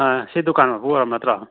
ꯁꯤ ꯗꯨꯀꯥꯟ ꯃꯄꯨ ꯑꯣꯏꯔꯕ ꯅꯠꯇ꯭ꯔꯣ